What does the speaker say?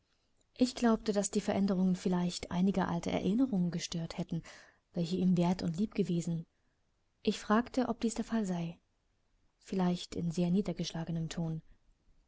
ich glaubte daß die veränderungen vielleicht einige alte erinnerungen gestört hätten welche ihm wert und lieb gewesen ich fragte ob dies der fall sei vielleicht in sehr niedergeschlagenem ton